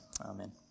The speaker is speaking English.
amen